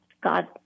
God